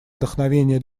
вдохновения